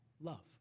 love